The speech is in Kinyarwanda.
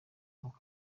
nk’uko